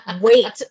wait